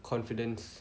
confidence